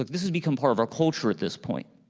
like this has become part of our culture at this point,